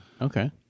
Okay